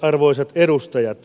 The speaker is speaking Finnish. arvoisat edustajat